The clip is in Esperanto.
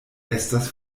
estas